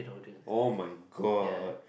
oh my god